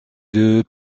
deux